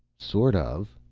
sort of.